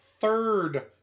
third